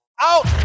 Out